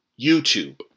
YouTube